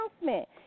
announcement